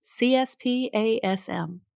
CSPASM